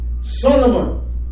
Solomon